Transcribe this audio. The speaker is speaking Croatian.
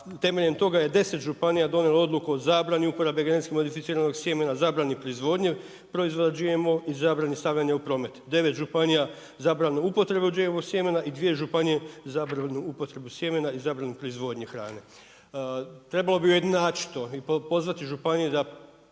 temeljem toga je 10 županija donijelo odluku o zabrani uporabe genetski modificiranog sjemena, zabrani proizvodnje proizvoda GMO i zabrani stavljanja u promet, 9 županija zabranu upotrebe GMO sjemena i dvije županije zabranu upotrebe sjemena i zabranu proizvodnje hrane. Trebalo bi ujednačiti to i pozvati županije da